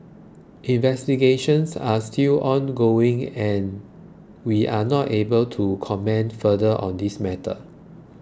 investigations are still ongoing and we are not able to comment further on this matter